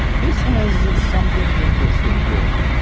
this has something interesting here.